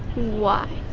why?